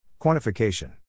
Quantification